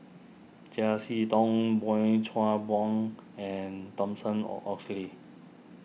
Chiam See Tong Boey Chuan Poh and Thomson or Oxley